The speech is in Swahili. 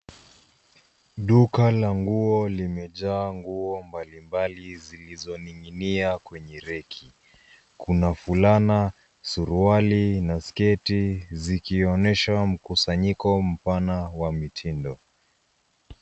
Duka la nguo limejaa nguo mbalimbali zilizoning'inia kwenye reki. Kuna fulana, suruali na sketi zikionyesha mkusanyiko mpana wa mitindo.